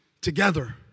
together